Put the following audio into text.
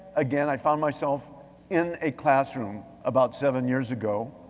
again, i found myself in a classroom about seven years ago.